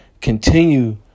continue